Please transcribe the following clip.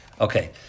Okay